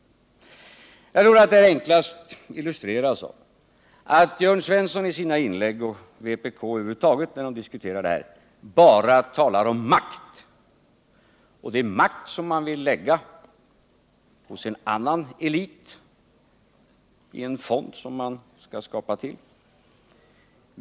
Jag tror att det enklast illustreras av att Jörn Svensson i sina inlägg, och vpk över huvud taget när man diskuterar detta, bara talar om makt. Och det är makt som man vill lägga hos en annan elit i en fond som man skall tillskapa.